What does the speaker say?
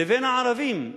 לבין הערבים?